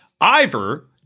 Iver